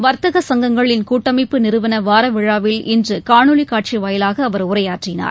வர்த்தக சங்கங்களின் கூட்டமைப்பு நிறுவன வாரவிழாவில் இன்று காணொலி காட்சி வாயிலாக அவர் உரையாற்றினார்